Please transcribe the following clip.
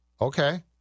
okay